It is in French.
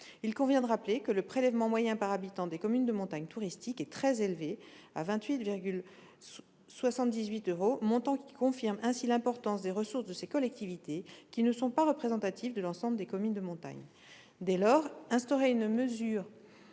également de rappeler que le prélèvement moyen par habitant des communes de montagne touristiques est très élevé, 28,78 euros, montant qui confirme ainsi l'importance des ressources de ces collectivités, qui ne sont pas représentatives de l'ensemble des communes de montagne. Dès lors, instaurer une mesure